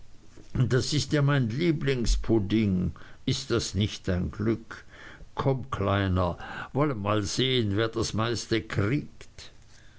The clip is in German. das ist ja mein lieblingspudding ist das nicht ein glück komm kleiner wollen mal sehen wer das meiste kriegt